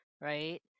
right